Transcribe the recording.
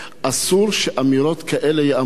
שאסור שאמירות כאלה ייאמרו,